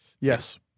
Yes